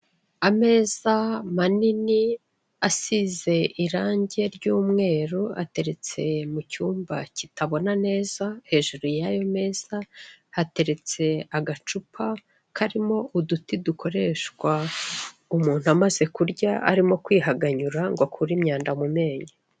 Ameza manini asize irange ry'umweru ateretse mu cyumba kitabona neza, hejuru y'ayo meza hateretse agacupa karimo uditi dukoreshwa umuntu amaze kurya, arimo kwihaganyura ngo akure imyanda mu menyo.